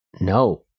No